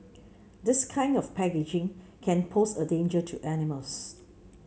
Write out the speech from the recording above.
this kind of packaging can pose a danger to animals